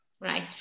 Right